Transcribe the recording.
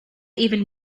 even